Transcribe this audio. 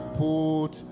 put